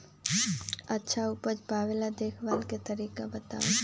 अच्छा उपज पावेला देखभाल के तरीका बताऊ?